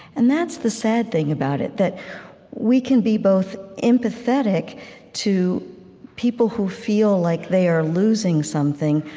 and that's the sad thing about it, that we can be both empathetic to people who feel like they are losing something,